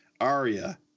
Aria